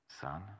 son